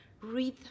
read